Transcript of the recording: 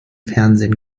fernsehen